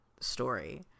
story